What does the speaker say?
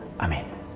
Amen